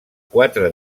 quatre